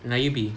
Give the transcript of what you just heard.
melayu B